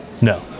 No